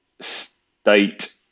state